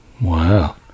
Wow